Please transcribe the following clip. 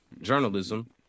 journalism